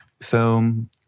film